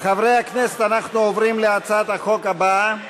חברי הכנסת, אנחנו עוברים להצעת החוק הבאה: